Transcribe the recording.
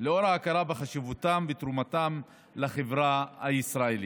לאור ההכרה בחשיבותם ותרומתם לחברה הישראלית.